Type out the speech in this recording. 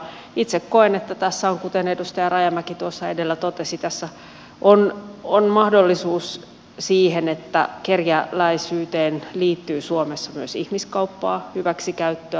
itse koen että tässä on kuten edustaja rajamäki tuossa edellä totesi mahdollisuus siihen että kerjäläisyyteen liittyy suomessa myös ihmiskauppaa hyväksikäyttöä